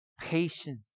patience